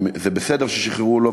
אם זה בסדר ששחררו אותו.